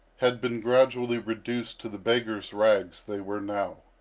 had been gradually reduced to the beggars' rags they were now.